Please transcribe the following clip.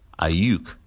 Ayuk